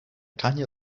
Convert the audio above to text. tanya